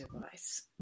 device